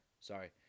sorry